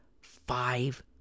Five